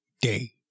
day